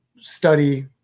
study